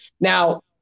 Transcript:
Now